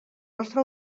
nostre